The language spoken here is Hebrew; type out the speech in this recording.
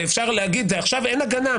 ואפשר להגיד שמעכשיו אין הגנה,